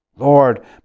Lord